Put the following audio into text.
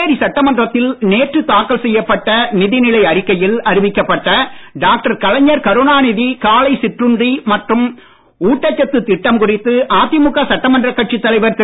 புதுச்சேரி சட்டமன்றத்தில் நேற்று தாக்கல் செய்யப்பட்ட நிதிநிலை அறிக்கையில் அறிவிக்கப்பட்ட டாக்டர் கலைஞர் கருணாநிதி காலை சிற்றுண்டி மற்றும் ஊட்டச்சத்து திட்டம் குறித்து அதிமுக சட்டமன்ற கட்சி தலைவர் திரு